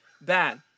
bad